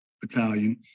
Battalion